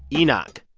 enoch,